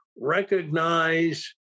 recognize